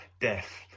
death